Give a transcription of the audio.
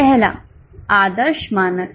पहला आदर्श मानक है